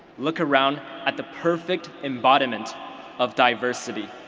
look around at the perfect embodiment of diversity.